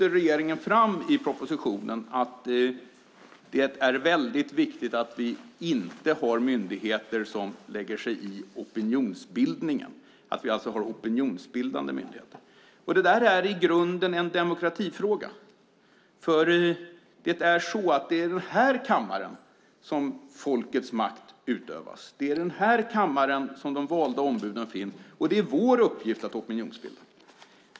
Regeringen lyfter i propositionen fram att det är väldigt viktigt att vi inte har myndigheter som lägger sig i opinionsbildningen, att vi inte har opinionsbildande myndigheter. I grunden är det en demokratifråga, för det är i denna kammare som folkets makt utövas. Det är i denna kammare som de valda ombuden finns, och det är vår uppgift att opinionsbilda.